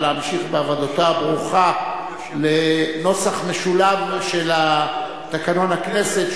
להמשיך בעבודתו הברוכה לנוסח משולב של תקנון הכנסת,